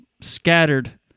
scattered